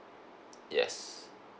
yes